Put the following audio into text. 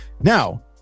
now